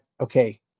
okay